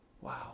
Wow